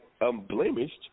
unblemished